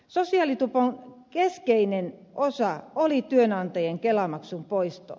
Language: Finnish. sosiaalitupon keskeinen osa oli työnantajien kelamaksun poisto